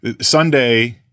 Sunday